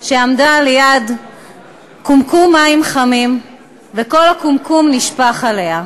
שעמדה ליד קומקום מים חמים וכל הקומקום נשפך עליה,